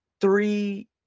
three